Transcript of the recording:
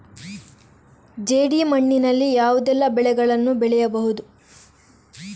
ಜೇಡಿ ಮಣ್ಣಿನಲ್ಲಿ ಯಾವುದೆಲ್ಲ ಬೆಳೆಗಳನ್ನು ಬೆಳೆಯಬಹುದು?